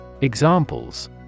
Examples